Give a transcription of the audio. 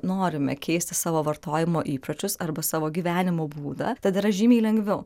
norime keisti savo vartojimo įpročius arba savo gyvenimo būdą tada yra žymiai lengviau